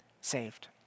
saved